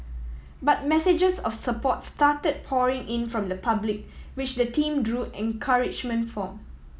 but messages of support started pouring in from the public which the team drew encouragement form